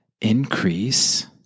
increase